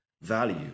Value